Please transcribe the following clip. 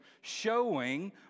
showing